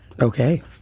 Okay